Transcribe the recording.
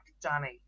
Danny